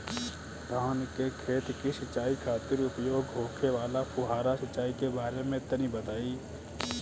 धान के खेत की सिंचाई खातिर उपयोग होखे वाला फुहारा सिंचाई के बारे में तनि बताई?